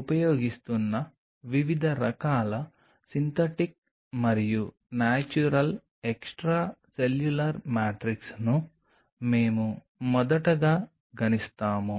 ఉపయోగిస్తున్న వివిధ రకాల సింథటిక్ మరియు నేచురల్ ఎక్స్ట్రాసెల్యులార్ మ్యాట్రిక్స్ను మేము మొదటగా గణిస్తాము